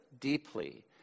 deeply